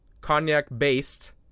Cognac-based